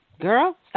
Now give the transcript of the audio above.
Girl